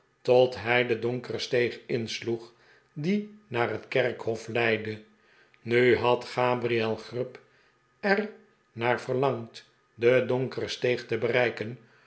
tot hij de donkere steeg insloeg die naar het kerkhof leidde nu had gabriel grub er naar verlangd de donkere steeg te bereiken